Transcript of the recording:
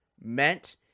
meant